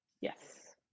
Yes